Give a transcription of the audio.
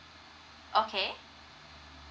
okay